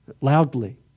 loudly